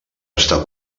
estar